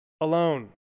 alone